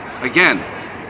again